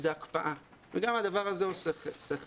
היא הקפאה וגם הדבר הזה עושה שכל.